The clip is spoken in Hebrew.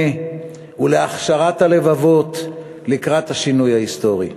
ולהכשרת הלבבות לקראת השינוי ההיסטורי.